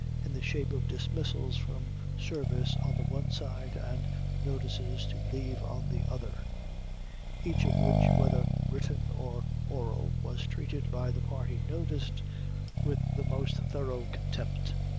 in the shape of dismissals from service on the one side, and notices to leave on the other each of which whether written or oral, was treated by the party noticed with the most thorough contempt.